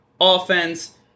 offense